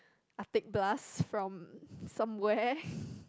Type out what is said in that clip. I take bus from somewhere